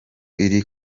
iri